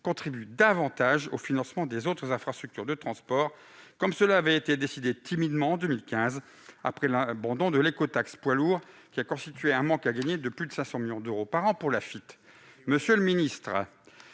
contribuent davantage au financement des autres infrastructures de transport, comme cela avait été décidé timidement en 2015 après l'abandon de l'écotaxe poids lourds, qui a engendré un manque à gagner de plus de 500 millions d'euros par an pour l'Agence de financement